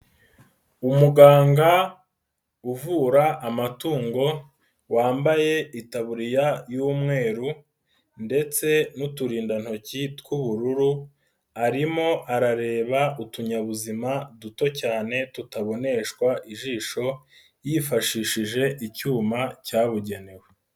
Umuganga uvura amatungo wambaye itaburiya y'umweru ndetse n'uturindantoki tw'ubururu, arimo arareba utunyabuzima duto cyane tutaboneshwa ijisho, yifashishije icyuma cyabugenewe.